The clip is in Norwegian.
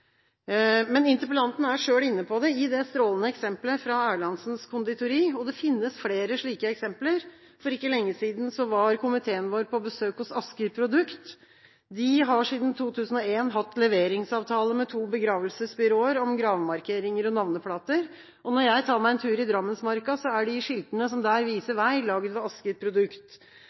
Men interpellanten er selv inne på det i det strålende eksemplet fra Erlandsens Conditori, og det finnes flere slike eksempler. For ikke lenge siden var komiteen vår på besøk hos Asker Produkt. De har siden 2001 hatt leveringsavtale med to begravelsesbyråer om gravmarkeringer og navneplater. Når jeg tar meg en tur i Drammensmarka, er skiltene som der viser vei, laget ved Asker Produkt,